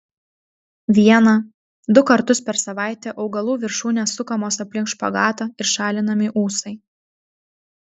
vieną du kartus per savaitę augalų viršūnės sukamos aplink špagatą ir šalinami ūsai